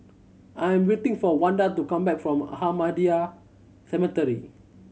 I am waiting for Wanda to come back from Ahmadiyya Cemetery